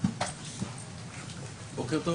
בוקר טוב